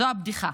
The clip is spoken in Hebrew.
זו הבדיחה.